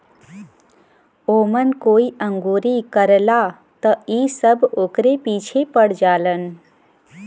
ओमन कोई अंगुरी करला त इ सब ओकरे पीछे पड़ जालन